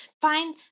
fine